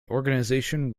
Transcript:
organization